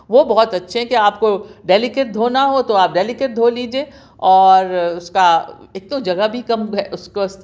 وہ بہت اچھے ہیں کہ آپ کو ڈیلیکٹ دھونا ہو تو آپ ڈیلیکٹ دھو لیجیے اور اُس کا ایک تو جگہ بھی کم اُس کو